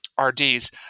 RDs